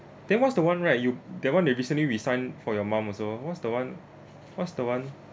then what's the one right you that one they recently resigned for your mum also what's the one what's the one